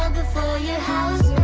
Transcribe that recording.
ah your house